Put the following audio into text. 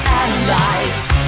analyzed